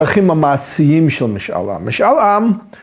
‫הדרכים המעשיים של משאל העם. ‫משאל עם...